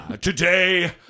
Today